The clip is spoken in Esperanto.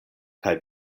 kaj